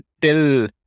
till